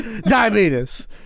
diabetes